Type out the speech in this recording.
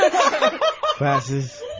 classes